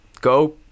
go